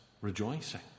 rejoicing